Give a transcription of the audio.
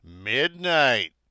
midnight